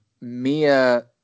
Mia